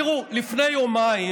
תראו, לפני יומיים,